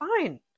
fine